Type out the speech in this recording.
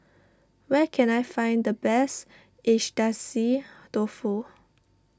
where can I find the best Agedashi Dofu